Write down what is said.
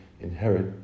inherit